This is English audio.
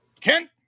Kent